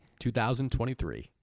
2023